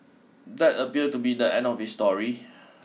that appear to be the end of his story